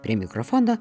prie mikrofono